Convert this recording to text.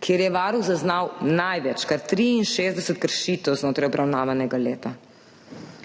kjer je Varuh zaznal največ, kar 63 kršitev znotraj obravnavanega leta.